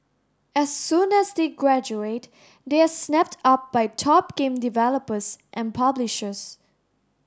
as soon as they graduate they are snapped up by top game developers and publishers